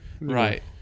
Right